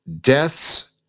deaths